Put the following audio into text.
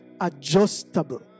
adjustable